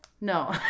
No